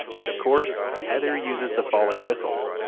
and of course, heather uses the falling whistle